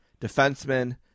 defenseman